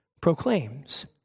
proclaims